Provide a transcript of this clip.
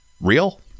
real